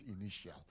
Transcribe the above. initial